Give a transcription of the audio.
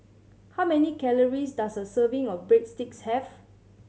how many calories does a serving of Breadsticks have